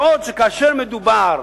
בעוד שכאשר מדובר